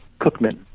Cookman